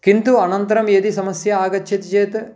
किन्तु अनन्तरं यदि समस्या आगच्छति चेत्